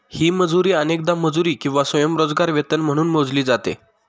ही मजुरी अनेकदा मजुरी किंवा स्वयंरोजगार वेतन म्हणून मोजली जाते